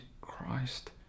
Christ